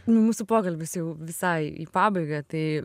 nu mūsų pokalbis jau visai į pabaigą tai